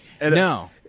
No